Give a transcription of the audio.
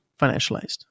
financialized